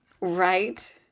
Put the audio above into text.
Right